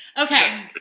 Okay